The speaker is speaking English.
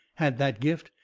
had that gift,